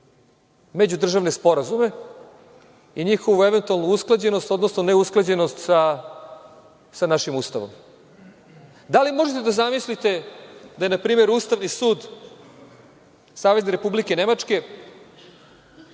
međudržavne sporazume i njihovu eventualnu usklađenost, odnosno neusklađenost sa našim Ustavom. Da li možete da zamislite, da je na primer, Ustavni sud Savezne Republike Nemačke,